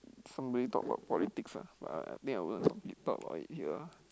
somebody talk about politics ah but I think I won't talk it talk about it here ah